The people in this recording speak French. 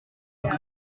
mille